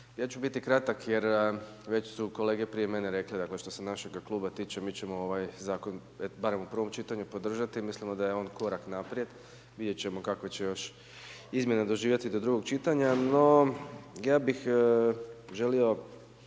Ja ću biti kratak jer već su kolege prije mene rekli dakle što se našega kluba tiče, mi ćemo ovaj zakon barem u prvom čitanju podržati, mislimo da je on korak naprijed, vidjeti ćemo kakve će još izmjene doživjeti do drugog čitanja. No, ja bih želio